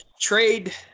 Trade